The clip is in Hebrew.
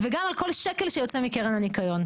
וגם על כל שקל שיוצא מקרן הניקיון.